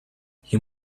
you